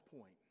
point